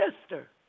sister